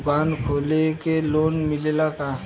दुकान खोले के लोन मिलेला का?